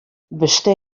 beste